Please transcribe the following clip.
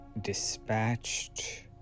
dispatched